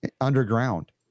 underground